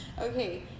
Okay